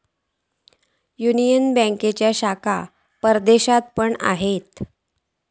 union बँकेचे शाखा परदेशात पण असत